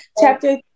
chapter